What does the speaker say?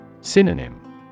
Synonym